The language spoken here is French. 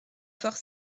fort